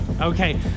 Okay